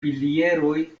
pilieroj